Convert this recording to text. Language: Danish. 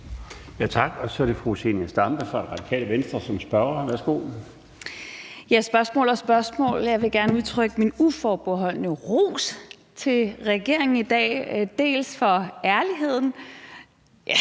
Tak. Så er det fru Zenia Stampe fora Radikale Venstre som spørger. Værsgo. Kl. 16:04 Zenia Stampe (RV): Spørgsmål og spørgsmål, men jeg vil gerne udtrykke min uforbeholdne ros til regeringen i dag for ærligheden –